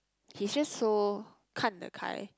he's just so 看的开